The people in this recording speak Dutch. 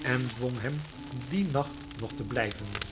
en dwong hem dien nacht nog te blijven